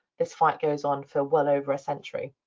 this fight goes on for well over a century.